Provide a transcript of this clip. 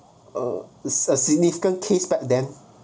uh a significant case back then